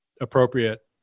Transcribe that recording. appropriate